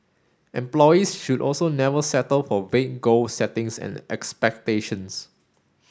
employees should also never settle for vague goal settings and expectations